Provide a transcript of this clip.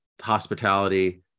hospitality